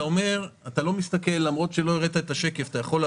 אם אתה שם לב, לפי השקף